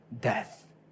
death